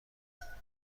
کند